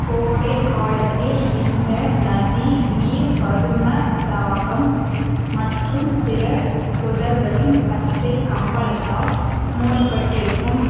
கோடை காலத்தில் இந்த நதி நீர் பதும ராகம் மற்றும் பிற புதர்களின் பச்சை கம்பளத்தால் மூடப்பட்டிருக்கும்